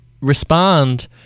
respond